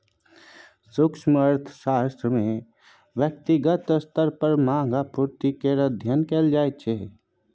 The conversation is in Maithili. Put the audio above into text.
सूक्ष्म अर्थशास्त्र मे ब्यक्तिगत स्तर पर माँग आ पुर्ति केर अध्ययन कएल जाइ छै